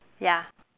ya